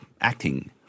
acting